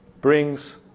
brings